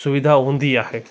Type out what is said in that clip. सुविधा हूंदी आहे